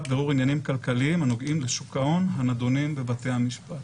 בירור עניינים כלכליים הנוגעים לשוק ההון הנידונים בבתי המשפט".